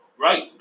Right